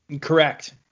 correct